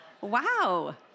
Wow